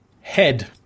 Head